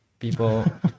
people